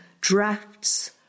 drafts